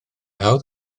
hawdd